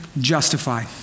justify